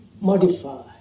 modify